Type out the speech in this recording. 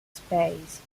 space